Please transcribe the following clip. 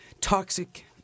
toxic